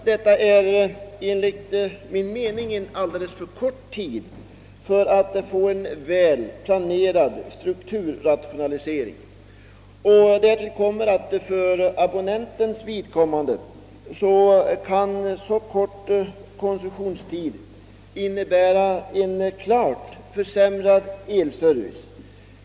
Detta är enligt min mening alldeles för kort tid för att få en väl planerad strukturrationalisering. Därtill kommer att en så kort koncessionstid kan innebära en klart försämrad elservice för abonnenterna.